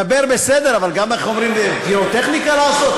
לדבר בסדר, אבל גם, איך אומרים, פירוטכניקה לעשות?